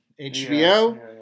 hbo